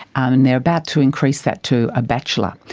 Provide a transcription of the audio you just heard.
and they are about to increase that to a bachelor.